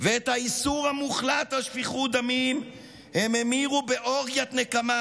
ואת האיסור המוחלט על שפיכות דמים הם המירו באורגיית נקמה.